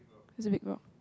this is big rock